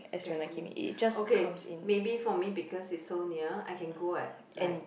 scary okay maybe for me because it's so near I can go what like